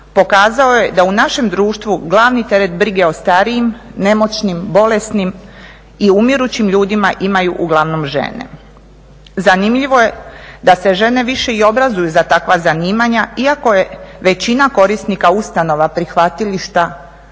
pokazao je da u našem društvu glavni teret brige o starijim, nemoćnim, bolesnim i umirućim ljudima imaju uglavnom žene. Zanimljivo je da se žene više i obrazuju za takva zanimanja, iako je većina korisnika ustanova, prihvatilišta,